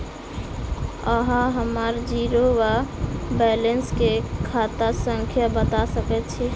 अहाँ हम्मर जीरो वा बैलेंस केँ खाता संख्या बता सकैत छी?